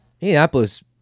Indianapolis